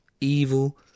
evil